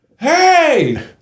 hey